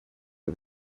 del